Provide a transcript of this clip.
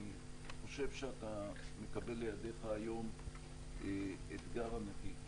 אני חושב שאתה מקבל לידייך היום אתגר אמיתי.